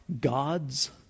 God's